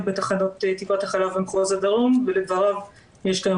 בתחנות טיפת החלב במחוז הדרום ולדבריו יש כיום